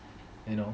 you know